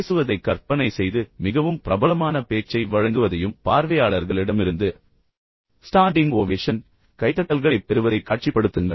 பேசுவதைக் கற்பனை செய்து மிகவும் பிரபலமான பேச்சை வழங்குவதையும் பின்னர் பார்வையாளர்களிடமிருந்து ஸ்டான்டிங் ஓவேஷன் மற்றும் கைதட்டல்களைப் பெறுவதை காட்சிப்படுத்துங்கள்